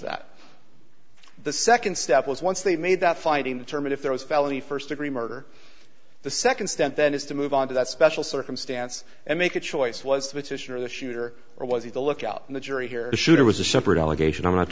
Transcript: that the second step was once they made that finding the term if there was felony first degree murder the second step then is to move on to that special circumstance and make a choice was to its mission or the shooter or was he the lookout and the jury here shooter was a separate allegation i'm not